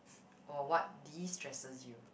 or what de stresses you